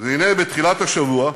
והנה, בתחילת השבוע,